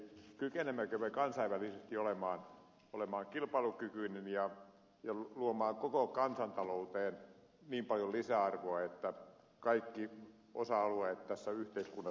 kykenemmekö me kansainvälisesti olemaan kilpailukykyinen ja luomaan koko kansantalouteen niin paljon lisäarvoa että kaikki osa alueet tässä yhteiskunnassa menestyvät